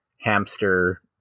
hamster